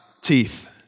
teeth